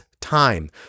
time